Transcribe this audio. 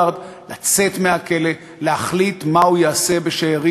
יש אפילו כמה צעדי הכנה שנהוג לעשותם לקראת